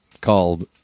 called